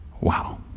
Wow